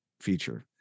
feature